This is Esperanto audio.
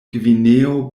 gvineo